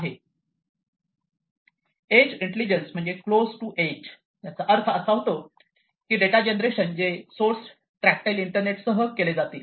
is intelligence म्हणजे close to edge याचा अर्थ असा की डेटा जनरेशन चे सोर्स ट्रॅक्टटाईल इंटरनेट सह केले जातील